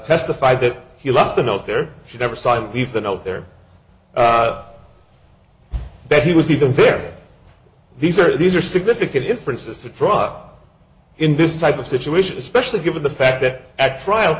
testified that he left the note there she never saw him leave the note there that he was even farai these are these are significant differences to drop in this type of situation especially given the fact that at trial